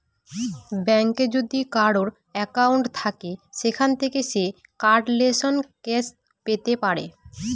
ব্যাঙ্কে যদি কারোর একাউন্ট থাকে সেখান থাকে সে কার্ডলেস ক্যাশ পেতে পারে